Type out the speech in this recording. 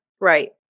Right